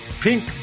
Pink